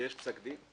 שיש פסק דין.